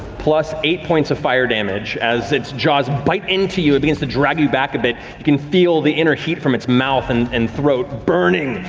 plus eight points of fire damage as its jaws bite into you. it begins to drag you back a bit. you can feel the inner heat from its mouth and and throat burning,